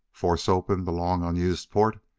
force open the long unused port,